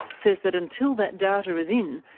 says that until that data is in,